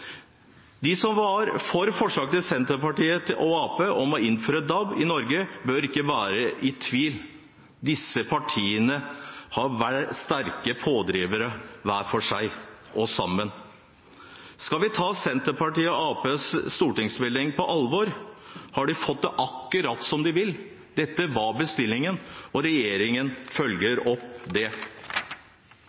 De som var for forslaget til Senterpartiet og Arbeiderpartiet om å innføre DAB i Norge, bør ikke være i tvil. Disse partiene har vært sterke pådrivere hver for seg og sammen. Skal vi ta Senterpartiets og Arbeiderpartiets stortingsmelding på alvor, har de fått det akkurat som de ville. Dette var bestillingen, og regjeringen følger opp det.